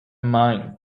mine